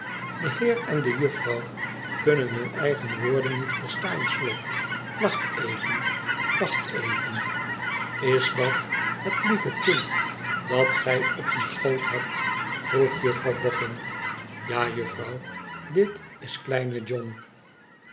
de heer en de juffrouw kunnen hunne eigen woorden niet verstaan slop wacht even wacht even is dat het lieve kind dat gij op uw schoot hebt vroeg juffrouw boffin ja juffrouw dit is kleine john